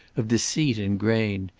of deceit ingrained.